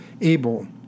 Abel